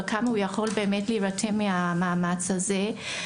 בכמה הוא יכול באמת להירתם למאמץ הזה.